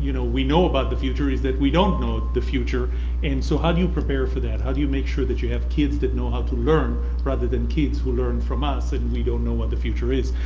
you know we know about the future is that we don't know the future and so how do you prepare for that? how do you make sure that you have kids that know how to learn rather than kids who learn from us and we don't know what the future is.